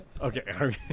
Okay